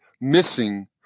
missing